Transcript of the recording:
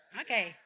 Okay